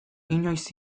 inoiz